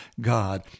God